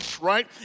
right